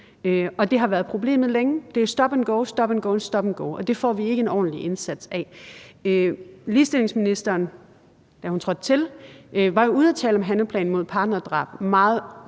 det har været problemet længe – det er stop and go, stop and go, og det får vi ikke en ordentlig indsats af. Ligestillingsministeren var jo, da hun trådte til, ude at tale om en handleplan mod partnerdrab meget